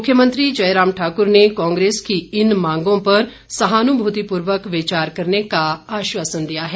मुख्यमंत्री जयराम ठाकुर ने कांग्रेस की इन मांगों पर सहानुभूतिपूर्वक विचार करने का आश्वासन दिया है